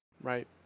Right